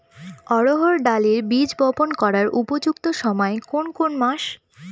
অড়হড় ডালের বীজ বপন করার উপযুক্ত সময় কোন কোন মাস?